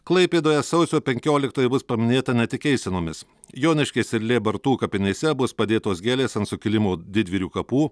klaipėdoje sausio penkioliktoji bus paminėta ne tik eisenomis joniškės ir lėbartų kapinėse bus padėtos gėlės ant sukilimo didvyrių kapų